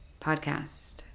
podcast